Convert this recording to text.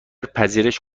پذیرش